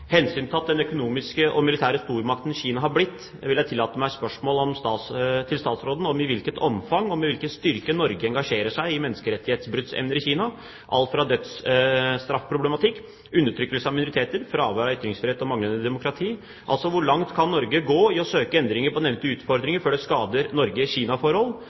den økonomiske og militære stormakten Kina har blitt, vil jeg tillate meg et spørsmål til statsråden om i hvilket omfang og med hvilken styrke Norge engasjerer seg i brudd på menneskerettigheter i Kina, alt fra dødsstraffproblematikk, undertrykkelse av minoriteter, fravær av ytringsfrihet og manglende demokrati. Altså: Hvor langt kan Norge gå i å søke endringer på nevnte utfordringer før det skader Norges